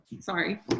Sorry